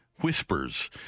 whispers